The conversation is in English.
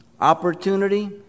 Opportunity